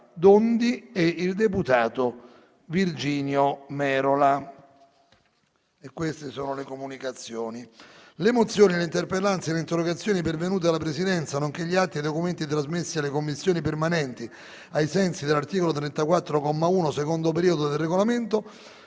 Dondi e deputato Virgilio Merola.